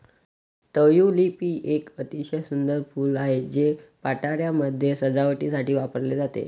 tulip एक अतिशय सुंदर फूल आहे, ते पार्ट्यांमध्ये सजावटीसाठी वापरले जाते